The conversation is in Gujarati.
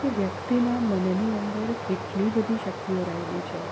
કે વ્યક્તિના મનની અંદર કેટલી બધી શક્તિઓ રહેલી છે